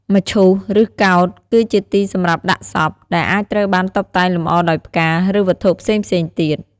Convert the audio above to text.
មឈូស ឬកោដ្ឋ គឺជាទីសម្រាប់ដាក់សព ដែលអាចត្រូវបានតុបតែងលម្អដោយផ្កា ឬវត្ថុផ្សេងៗទៀត។